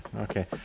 okay